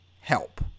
help